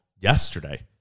yesterday